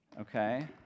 Okay